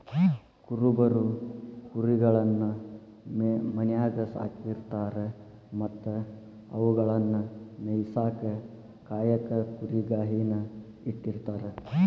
ಕುರುಬರು ಕುರಿಗಳನ್ನ ಮನ್ಯಾಗ್ ಸಾಕಿರತಾರ ಮತ್ತ ಅವುಗಳನ್ನ ಮೇಯಿಸಾಕ ಕಾಯಕ ಕುರಿಗಾಹಿ ನ ಇಟ್ಟಿರ್ತಾರ